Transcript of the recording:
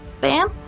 Bam